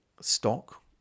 stock